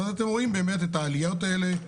אתם רואים באמת את העליות האלה.